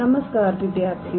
नमस्कार विद्यार्थियों